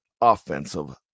offensive